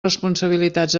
responsabilitats